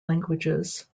languages